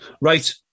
right